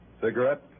Cigarette